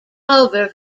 over